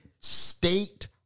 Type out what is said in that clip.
state